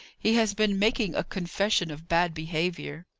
he has been making a confession of bad behaviour.